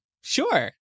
sure